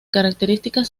características